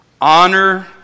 Honor